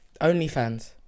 OnlyFans